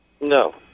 No